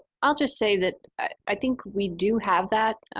i'll just say that i think we do have that.